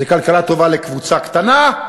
זאת כלכלה טובה לקבוצה קטנה,